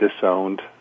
disowned